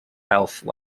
house